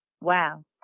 wow